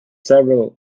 several